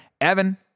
evan